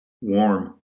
warm